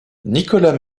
nicolas